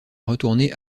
retourner